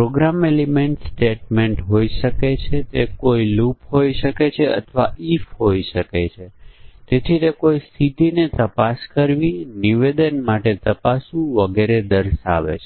50 ને ટેસ્ટ કરવાનો પ્રયત્ન કરીએ છીએ જે વિશાળ સંખ્યા છે તે કોઈપણ વાજબી સમયગાળામાં ખરેખર પરીક્ષણ શક્ય નથી